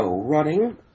running